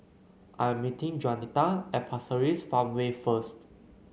I am meeting Juanita at Pasir Ris Farmway first